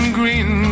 green